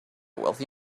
wealthy